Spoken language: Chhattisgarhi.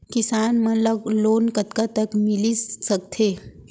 किसान मन ला लोन कतका तक मिलिस सकथे?